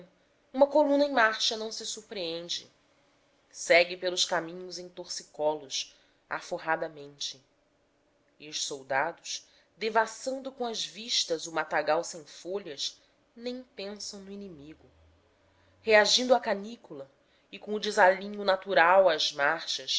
uma coluna em marcha não se surpreende segue pelos caminhos em torcicolos aforradamente e os soldados devassando com as vistas o matagal sem folhas nem pensam no inimigo reagindo à canícula e com o desalinho natural às marchas